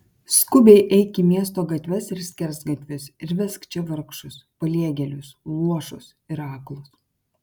skubiai eik į miesto gatves ir skersgatvius ir vesk čia vargšus paliegėlius luošus ir aklus